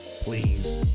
Please